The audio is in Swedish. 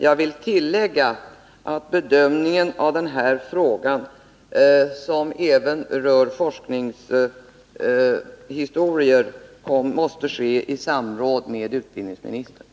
Jag vill tillägga att bedömningen av den här frågan, som även rör forskning, måste ske i samråd med utbildningsministern.